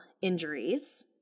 injuries